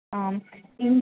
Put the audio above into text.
ఇం